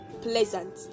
pleasant